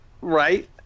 Right